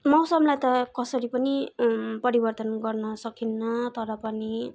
मौसमलाई त कसरी पनि परिवर्तन गर्न सकिन्न तर पनि